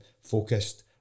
focused